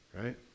Right